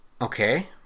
Okay